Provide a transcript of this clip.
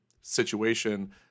situation